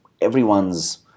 everyone's